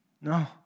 No